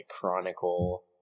chronicle